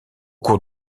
cours